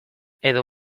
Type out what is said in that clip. edo